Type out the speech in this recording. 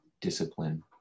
discipline